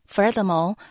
Furthermore